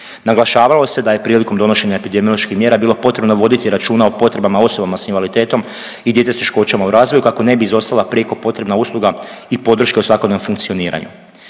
Naglašavalo se da je prilikom donošenja epidemioloških mjera bilo potrebno navoditi računa o potrebama osoba s invaliditetom i djece s teškoćama u razvoju kako ne bi izostala prijeko potrebna usluga i podrška u svakodnevnom funkcioniranju.